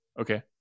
Okay